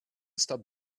stop